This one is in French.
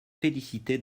félicité